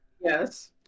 Yes